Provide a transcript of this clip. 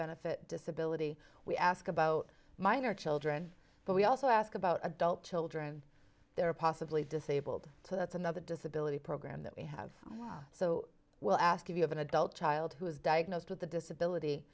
benefit disability we ask about minor children but we also ask about adult children there are possibly disabled so that's another disability program that we have so will ask if you have an adult child who is diagnosed with a disability